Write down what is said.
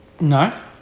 No